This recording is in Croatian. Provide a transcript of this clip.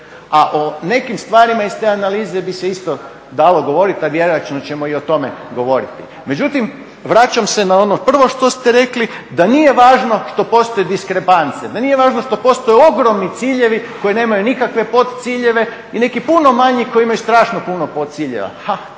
A o nekim stvarima iz te analize isto bi se dalo govoriti, a vjerojatno ćemo i o tome govoriti. Međutim vraćam se na prvo što ste rekli da nije važno što postoji diskrepancija, da nije važno što postoje ogromni ciljevi koji nemaju nikakve podciljeve i neki puno manji koji imaju strašno puno podciljeva.